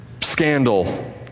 scandal